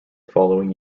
following